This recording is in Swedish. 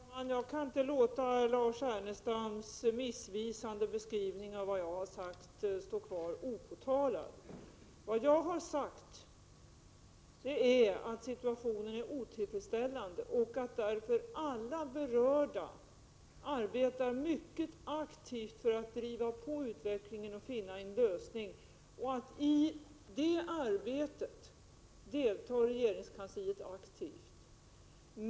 Herr talman! Jag kan inte låta Lars Ernestams missvisande beskrivning av vad jag har sagt stå kvar opåtalad. Vad jag har sagt är att situationen är otillfredsställande och att därför alla berörda arbetar mycket aktivt för att driva på utvecklingen och finna en lösning. I detta arbete deltar regeringskansliet aktivt.